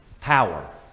power